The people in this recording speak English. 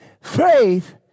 faith